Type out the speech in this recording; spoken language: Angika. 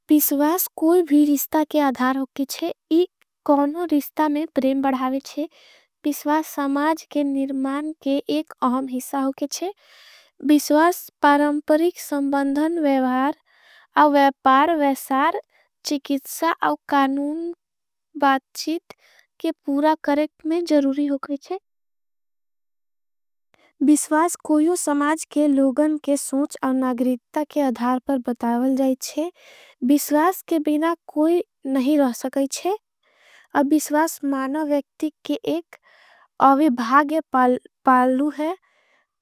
बिश्वास कोई भी रिष्टा के अधार होगे चे ये कौनों रिष्टा में। प्रेम बढ़ावेच्छे बिश्वास समाज के निर्मान के एक अहम। हिसा होगे चे बिश्वास परमपरिक संबंधन वैवार और। वैपार वैसार चिकित्सा और कानून बातचीत के पूरा। करेक्ट में जरूरी होगे चे बिश्वास कोई समाज के लोगन। के सूंच और नागरित्ता के अधार पर बतावल जाएच्छे। बिश्वास के बिना कोई नहीं रह सकेच्छे अब बिश्वास। मानों वेक्ति के एक अविभाग पालू है।